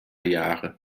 jahre